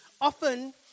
often